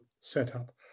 setup